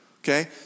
Okay